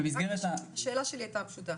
השאלה שלי היתה פשוטה,